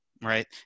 right